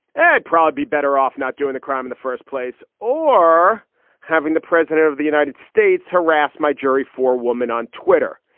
and probably better off not doing the crime in the first place or having the president of the united states harass my jury for woman on twitter.